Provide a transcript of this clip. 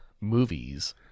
movies